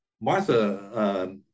Martha